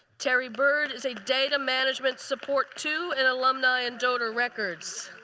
terry byrd is a data management support two in alumni in donor records.